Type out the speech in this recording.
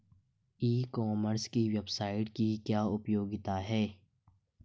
ई commerce की website की क्या उपयोगिता है?